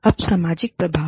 अब सामाजिक प्रभाव